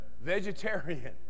vegetarian